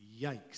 Yikes